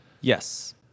Yes